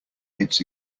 its